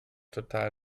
total